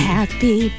Happy